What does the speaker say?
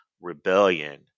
rebellion